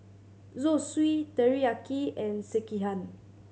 Zosui Teriyaki and Sekihan